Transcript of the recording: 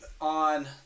on